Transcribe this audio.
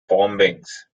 bombings